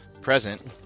present